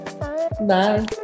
Bye